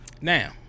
Now